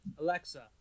Alexa